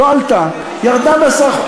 לא עלתה, ירדה, ב-10%.